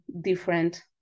different